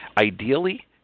ideally